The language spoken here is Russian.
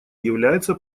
является